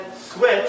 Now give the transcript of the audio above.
switch